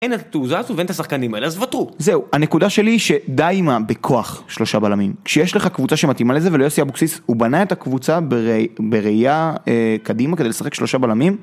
אין את התעוזה הזאת ואין את השחקנים האלה אז ותרו. זהו. הנקודה שלי היא שדי עם הבכוח שלושה בלמים. כשיש לך קבוצה שמתאימה לזה, וליוסי אבוקסיס הוא בנה את הקבוצה בראייה קדימה כדי לשחק שלושה בלמים